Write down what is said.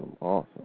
awesome